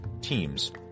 teams